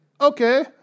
okay